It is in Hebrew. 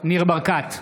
ניר ברקת,